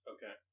Okay